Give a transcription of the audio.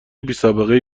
بیسابقهای